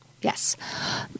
Yes